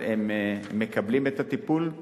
אבל הם מקבלים את הטיפול.